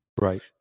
Right